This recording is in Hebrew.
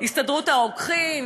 הסתדרות הרוקחים,